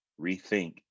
rethink